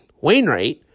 Wainwright